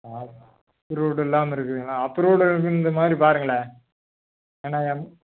ஆமாம் அப்ரூவுடு இல்லாமல் இருக்குதுங்களா அப்ரூவுடு இருக்கின்றமாரி பாருங்களேன் ஏன்னால் என